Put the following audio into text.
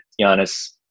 Giannis